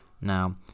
Now